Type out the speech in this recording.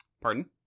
pardon